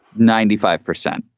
ninety five percent.